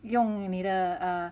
用你的